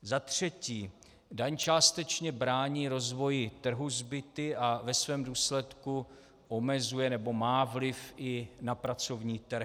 Za třetí, daň částečně brání rozvoji trhu s byty a ve svém důsledku omezuje nebo má vliv i na pracovní trh.